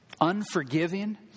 unforgiving